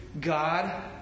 God